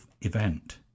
event